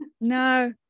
No